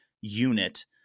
unit